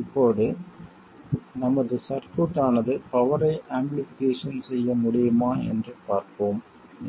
இப்போது நமது சர்க்யூட் ஆனது பவரை ஆம்பிளிஃபிகேஷன் செய்ய முடியுமா என்று பார்ப்போம்